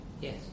yes